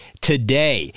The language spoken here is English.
today